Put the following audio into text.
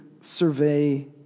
survey